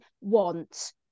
want